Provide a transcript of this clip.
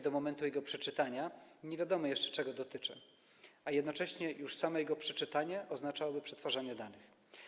Do momentu jego przeczytania nie wiadomo jeszcze, czego dotyczy, a jednocześnie już samo jego przeczytanie oznaczałoby przetwarzanie danych.